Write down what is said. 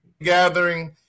gathering